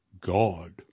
God